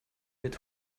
mit